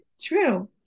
True